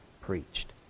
preached